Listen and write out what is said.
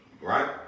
Right